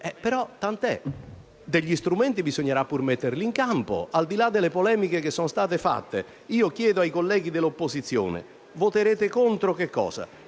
Però, tant'è: degli strumenti bisognerà pur metterli in campo. Al di là delle polemiche che sono state fatte, chiedo ai colleghi dell'opposizione: voterete contro cosa?